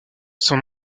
son